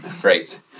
Great